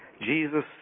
Jesus